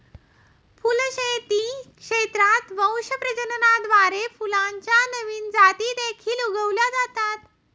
फुलशेती क्षेत्रात वंश प्रजननाद्वारे फुलांच्या नवीन जाती देखील उगवल्या जातात